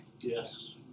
yes